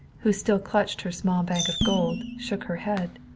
who still clutched her small bag of gold, shook her head.